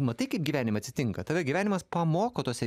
matai kaip gyvenime atsitinka tave gyvenimas pamoko tose